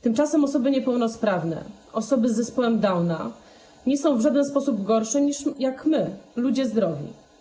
Tymczasem osoby niepełnosprawne, osoby z zespołem Downa nie są w żaden sposób gorsze niż my, ludzie zdrowi.